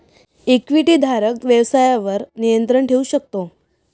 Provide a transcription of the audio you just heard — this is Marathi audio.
इक्विटीधारक व्यवसायावर नियंत्रण ठेवू शकतो